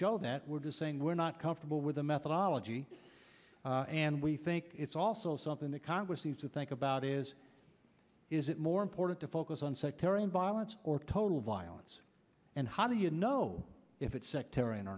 show that we're just saying we're not comfortable with the methodology and we think it's also something that congress needs to think about is is it more important to focus on sectarian violence or total violence and how do you know if it's sectarian